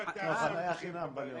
לא, החניה חינם בלאום.